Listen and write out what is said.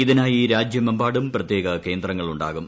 ഇതിനായി രാജ്യമെമ്പാടും പ്രത്യേക കേന്ദ്രങ്ങളുണ്ടാകും